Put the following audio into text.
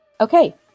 Okay